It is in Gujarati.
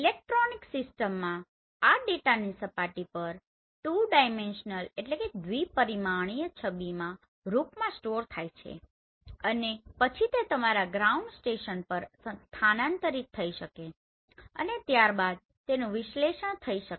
ઇલેક્ટ્રોનિક સિસ્ટમમાં આ ડેટા સપાટી પર ટુ ડાઈમેન્સનલ 2 Dimentional દ્વિ પરિમાણીય છબીના રૂપમાં સ્ટોર થાય છે અને પછી તે તમારા ગ્રાઉન્ડ સ્ટેશન પર સ્થાનાંતરિત થઇ શકે અને ત્યારબાદ તેનું વિશ્લેષણ થઇ શકે